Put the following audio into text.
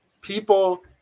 People